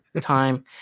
time